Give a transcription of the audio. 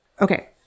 Okay